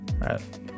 right